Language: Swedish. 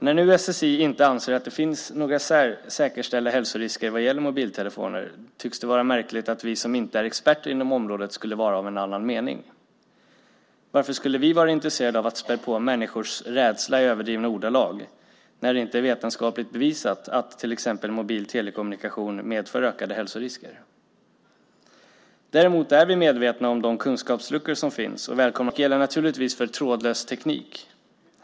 När nu SSI inte anser att det finns några säkerställda hälsorisker vad gäller mobiltelefoner kan det tyckas vara märkligt att vi som inte är experter inom området skulle vara av en annan mening. Varför skulle vi vara intresserade av att spä på människors rädsla i överdrivna ordalag när det inte är vetenskapligt bevisat att till exempel mobil telekommunikation medför ökade hälsorisker? Däremot är vi medvetna om de kunskapsluckor som finns. Vi välkomnar därför all forskning inom detta område. Samma sak gäller naturligtvis för trådlös teknik.